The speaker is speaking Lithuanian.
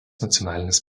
nacionalinis